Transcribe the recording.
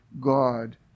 God